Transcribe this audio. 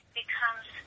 becomes